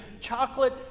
chocolate